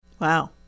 Wow